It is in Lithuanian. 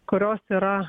kurios yra